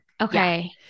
Okay